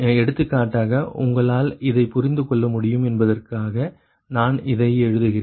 எடுத்துக்காட்டாக உங்களால் இதை புரிந்துகொள்ள முடியும் என்பதற்காக நான் இதை எழுதுகிறேன்